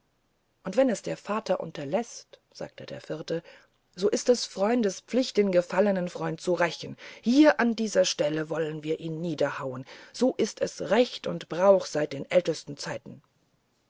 und wenn es der vater unterläßt sagte ein vierter so ist es freundespflicht den gefallnen freund zu rächen hier an dieser stelle sollten wir ihn niederhauen so ist es recht und brauch seit den ältesten zeiten